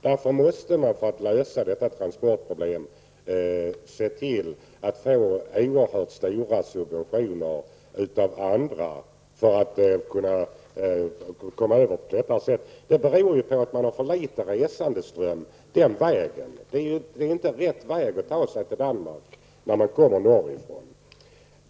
Därför måste man, för att lösa detta transportproblem, se till att få oerhört stora subventioner av andra. Man har nämligen för liten resandeström den vägen; det är inte rätt väg att ta sig till Danmark för den som kommer norrifrån.